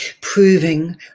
proving